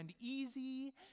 easy